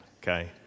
okay